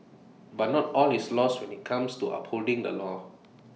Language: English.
but not all is lost when IT comes to upholding the law